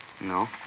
No